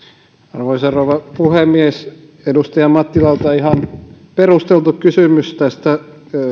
arvoisa rouva puhemies edustaja mattilalta ihan perusteltu kysymys